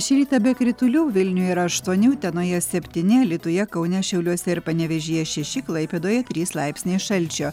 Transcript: šį rytą be kritulių vilniuje yra aštuoni utenoje septyni alytuje kaune šiauliuose ir panevėžyje šeši klaipėdoje trys laipsniai šalčio